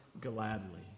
gladly